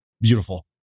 Beautiful